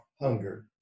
hunger